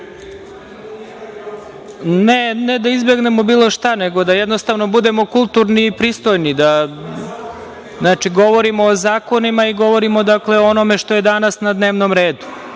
da izbegnemo bilo šta, nego da jednostavno budemo kulturni i pristojni, da govorimo o zakonima i govorimo o onome što je danas na dnevnom